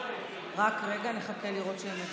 רק רגע, נחכה לראות שכולם הגיעו.